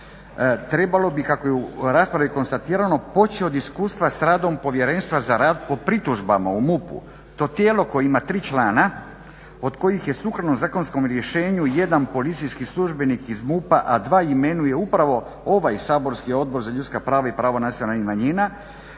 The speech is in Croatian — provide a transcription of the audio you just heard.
trebalo bi kako je u raspravi konstatirano poći od iskustva sa radom Povjerenstva za rad po pritužbama u MUP-u. To tijelo koje ima 3 člana od kojih je sukladno zakonskom rješenju jedan policijski službenik iz MUP-a, a dva imenuje upravo ovaj saborski Odbor za ljudska prava i prava nacionalnih manjina